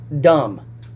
Dumb